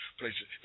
places